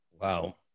Wow